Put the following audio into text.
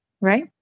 right